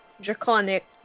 draconic